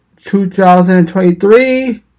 2023